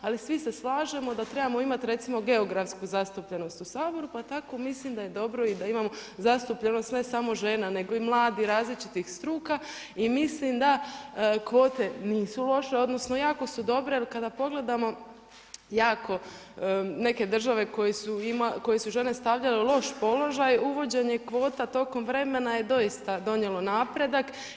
Ali svi se slažemo da trebamo imati recimo geografsku zastupljenost u Saboru, pa tako mislim da je dobro i da imamo zastupljenost ne samo žena nego i mladih različitih struka i mislim da kvote nisu loše, odnosno jako su dobre jer kada pogledamo, jako neke države koje su žene stavljale u loš položaj, uvođenje kvota tokom vremena je doista donijelo napredak.